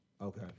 Okay